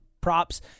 props